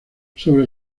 sobre